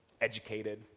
educated